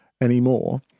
anymore